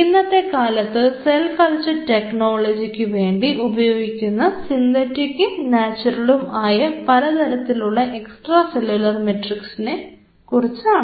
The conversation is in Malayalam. ഇന്നത്തെ കാലത്ത് സെൽ കൾച്ചർ ടെക്നോളജി ക്കു വേണ്ടി ഉപയോഗിക്കുന്ന സിന്തറ്റിക്കും നാച്ചുറലും ആയ പലതരത്തിലുള്ള എക്സ്ട്രാ സെല്ലുലാർ മാട്രിക്സിനെ കുറിച്ചാണ്